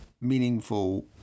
meaningful